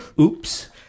Oops